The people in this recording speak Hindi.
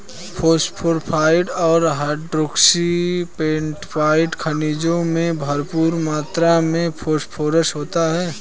फोस्फोएपेटाईट और हाइड्रोक्सी एपेटाईट खनिजों में भरपूर मात्र में फोस्फोरस होता है